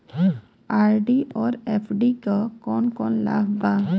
RD और FD क कौन कौन लाभ बा?